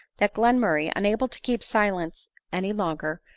that glenmurray, unable to keep silence any longer,